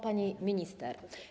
Pani Minister!